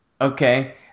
Okay